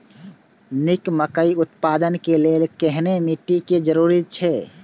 निक मकई उत्पादन के लेल केहेन मिट्टी के जरूरी छे?